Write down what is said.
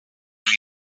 allí